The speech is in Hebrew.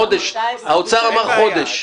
חודש, האוצר אמר חודש.